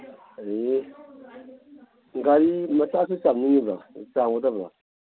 ꯑꯗꯒꯤ ꯒꯥꯔꯤ ꯃꯆꯥꯁꯨ ꯆꯥꯝꯒꯗꯕ꯭ꯔꯣ